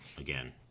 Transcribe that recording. again